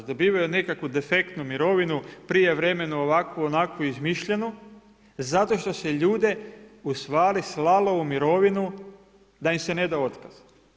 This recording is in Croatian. Dobivaju nekakvu defektnu mirovinu, prijevremenu, ovakvu-onakvu, izmišljenu zato što se ljude u stvari slalo u mirovinu da im se ne da otkaz.